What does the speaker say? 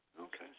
Okay